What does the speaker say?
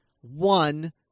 one